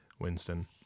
Winston